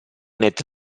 netta